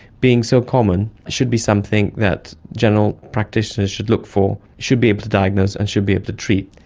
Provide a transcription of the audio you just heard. being so common, should be something that general practitioners should look for, should be able to diagnose and should be able to treat,